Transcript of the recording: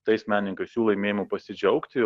tais menininkais jų laimėjimu pasidžiaugti